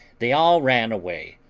they all ran away,